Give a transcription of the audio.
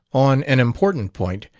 on an important point,